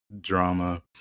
drama